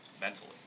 mentally